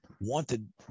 wanted